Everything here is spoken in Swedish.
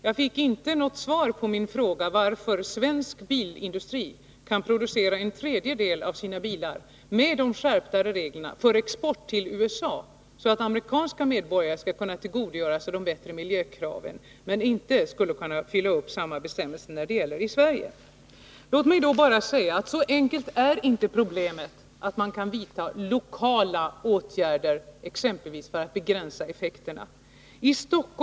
Jag fick inte något svar på min fråga varför svensk bilindustri kan producera en tredjedel av sina bilar i enlighet med de skärptare reglerna för export till USA, så att amerikanska medborgare kan tillgodogöra sig effekten av de högre miljökraven, men inte skulle kunna klara samma bestämmelser när dessa gäller i Sverige. Låt mig också säga att så enkelt är inte problemet att man kan vidta lokala åtgärder för att begränsa skadeverkningarna.